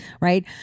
right